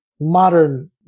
modern